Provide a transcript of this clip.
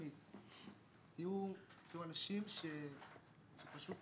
תהיו אנשים שפשוט